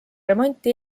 remonti